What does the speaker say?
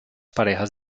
parejas